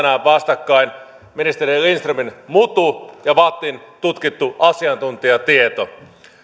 vastakkain ministeri lindströmin mutu ja vattin tutkittu asiantuntijatieto